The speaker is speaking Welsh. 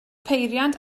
peiriant